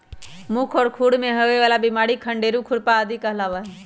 मुह और खुर में होवे वाला बिमारी खंडेरू, खुरपा आदि कहलावा हई